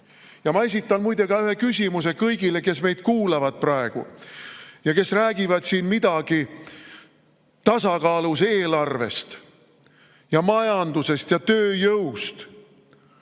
Ma esitan muide ka ühe küsimuse kõigile, kes meid kuulavad praegu ja kes räägivad siin midagi tasakaalus eelarvest ja majandusest ja tööjõust.